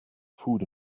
food